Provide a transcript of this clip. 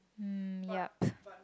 um yup